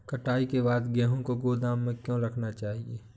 कटाई के बाद गेहूँ को गोदाम में क्यो रखना चाहिए?